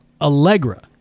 Allegra